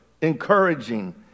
encouraging